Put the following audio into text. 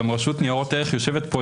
גם רשות לניירות ערך יושבת פה,